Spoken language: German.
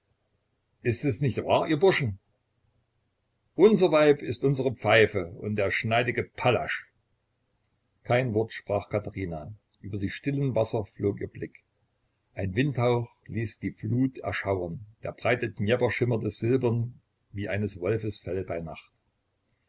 ist es nicht wahr ihr burschen unser weib ist unsere pfeife und der schneidige pallasch kein wort sprach katherina über die stillen wasser flog ihr blick ein windhauch ließ die flut erschauern der breite dnjepr schimmerte silbern wie eines wolfes fell bei nacht